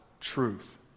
truth